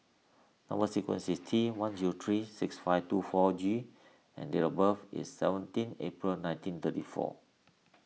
Number Sequence is T one zero three six five two four G and date of birth is seventeen April nineteen thirty four